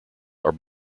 are